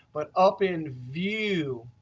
but up in view,